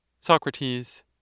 Socrates